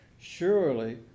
surely